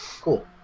Cool